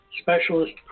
Specialist